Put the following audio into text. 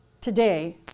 today